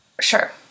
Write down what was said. Sure